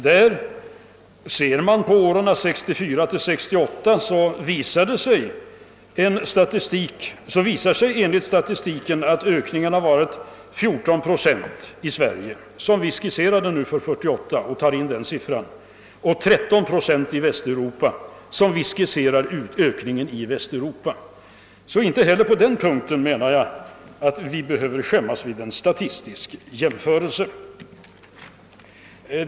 För åren 1964— 1968 har enligt statistiken ökningen för Sverige varit 14 procent, alltså med den beräknade ytterligare ökningen för år 1968, och 13 procent för Västeuropa, sådan utvecklingen där skisseras. Inte heller på denna punkt behöver vi skämmas vid en statistisk jämförelse.